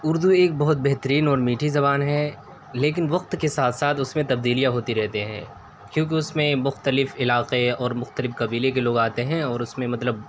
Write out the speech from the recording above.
اردو ایک بہت بہترین اور میٹھی زبان ہے لیکن وقت کے ساتھ ساتھ اس میں تبدیلیاں ہوتی رہتی ہیں کیوںکہ اس میں مختلف علاقے اور مختلف قبیلے کے لوگ آتے ہیں اور اس میں مطلب